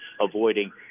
avoiding